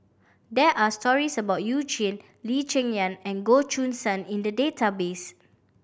there are stories about You Jin Lee Cheng Yan and Goh Choo San in the database